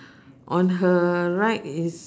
on her right is